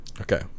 Okay